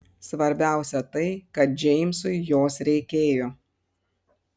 svarbiausia tai kad džeimsui jos reikėjo